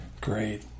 Great